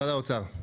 משרד האוצר.